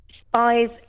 spies